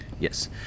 Yes